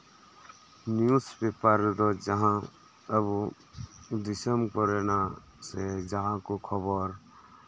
news paper ᱨᱮᱫᱚ ᱡᱟᱸᱦᱟ ᱟᱵᱚ ᱫᱤᱥᱚᱢ ᱠᱚᱨᱮᱱᱟᱜ ᱥᱮ ᱡᱟᱸᱦᱟ ᱠᱚ ᱠᱷᱚᱵᱚᱨ